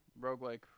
roguelike